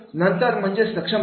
आणि नंतर म्हणजे सक्षमता